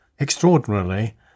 extraordinarily